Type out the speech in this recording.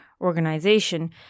organization